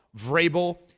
Vrabel